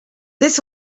this